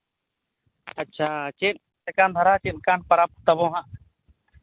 ᱟᱪᱪᱷᱟ ᱪᱮᱫ ᱞᱮᱠᱟᱱ ᱫᱷᱟᱨᱟ ᱪᱮᱫ ᱞᱮᱠᱟᱱ ᱯᱚᱨᱚᱵᱽ ᱛᱟᱵᱚ ᱦᱟᱸᱜ